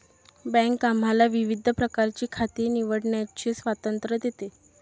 bank आम्हाला विविध प्रकारची खाती निवडण्याचे स्वातंत्र्य देते